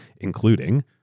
including